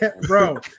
bro